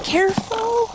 Careful